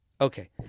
Okay